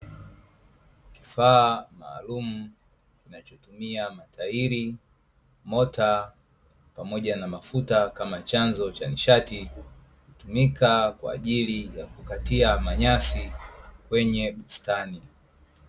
Kifaa maalumu kinachotumia matairi, mota, pamoja na mafuta kama chanzo cha nishati; hutumika kwa ajili ya kukatia manyasi kwenye bustani.